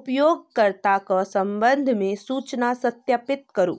उपयोगकर्ताक सम्बन्धमे सूचना सत्यापित करू